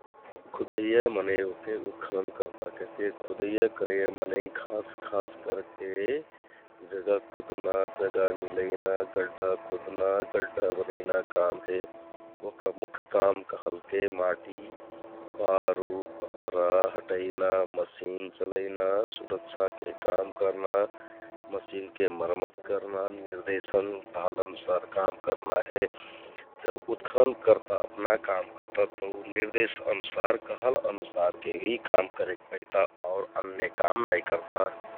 खुदैया मनैं ओहके उत्खनन् कर्ता कहतियाँ । खुदैया करैया मनैं खास करके जगा खुदना, गड्ढा खुदना, गड्ढा बनैना काम हे ओहका मुख काम कहलके माटि, बारु, पथरा हटैना, मसिन चलैना, सुरक्षाके काम करना, मसिनके मर्मत करना । निर्देशन दहल अनुसार काम करना हे । जब उत्खनन् कर्ता अपना काम करता तौ निर्देश अनुसार कहल अनुसारके भि काम करेक पैता । अन्य काम नाइ करता ।